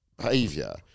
Behavior